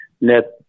net